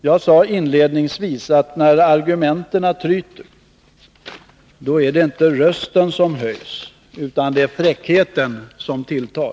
Jag sade inledningsvis att när argumenten tryter är det inte rösten som höjs utan fräckheten som tilltar.